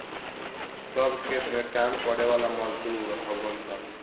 सब खेत में काम करे वाला मजदूर हउवन सन